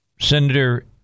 Senator